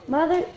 Mother